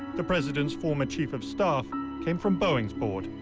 the president's former chief of staff came from boeing's board,